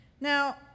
Now